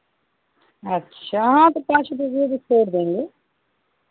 अच्छा तो पाँच रुपया दूध छोड़ देंगे